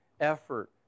effort